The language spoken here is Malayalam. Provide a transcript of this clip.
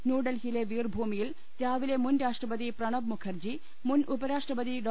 ന്യൂഡൽഹി യിലെ വീർ ഭൂമിയിൽ രാവിലെ മുൻ രാഷ്ട്രപതി പ്രണബ് മുഖർജി മുൻ ഉപരാഷ്ട്രപതി ഡോ